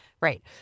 Right